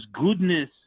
goodness